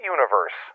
Universe